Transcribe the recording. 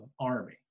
army